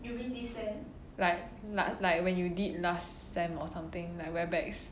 like like like when you did last sem or something like Webex